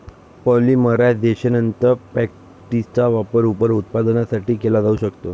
पॉलिमरायझेशननंतर, फॅक्टिसचा वापर रबर उत्पादनासाठी केला जाऊ शकतो